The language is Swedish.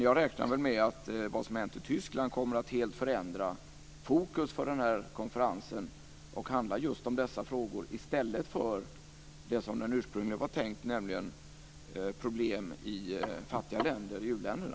Jag räknar med att det som har hänt i Tyskland kommer att helt förändra fokus för konferensen så att den kommer att handla om just dessa frågor i stället för som det ursprungligen var tänkt, nämligen om problem i u-länderna.